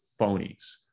phonies